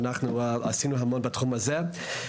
עשינו המון בתחום הזה.